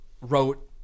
wrote